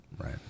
Right